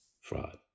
fraud